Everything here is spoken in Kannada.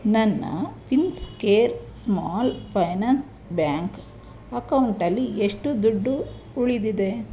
ನನ್ನ Fincare small finance bank ಅಕೌಂಟಲ್ಲಿ ಎಷ್ಟು ದುಡ್ಡು ಉಳಿದಿದೆ